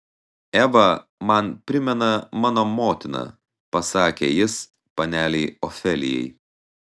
eva man primena mano motiną pasakė jis panelei ofelijai